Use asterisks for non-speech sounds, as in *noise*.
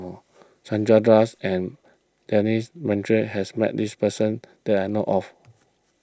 Chandra Das and Denis *unintelligible* has met this person that I know of